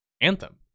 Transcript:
anthem